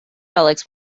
relics